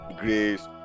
grace